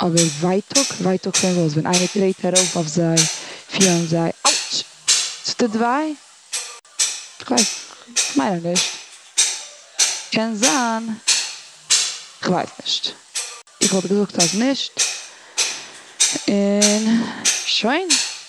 אבער ווייטאג? ווייטאג פון וואס? ווען איינער טרעט ארויף אויף זיי פילן זיי אויטש! ס'טוט וויי. כ'ווייס, כ'מיין אז נישט. קען זיין... כ'ווייס נישט. כ'וואלט געזאגט אז נישט. און שוין.